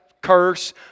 curse